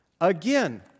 Again